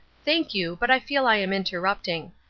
thank you, but i feel i am interrupting.